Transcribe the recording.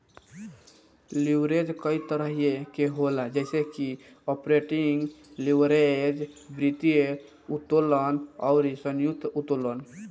leverage कई तरही के होला जइसे की आपरेटिंग लीवरेज, वित्तीय उत्तोलन अउरी संयुक्त उत्तोलन